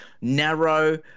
narrow